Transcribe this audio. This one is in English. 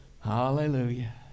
hallelujah